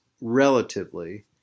relatively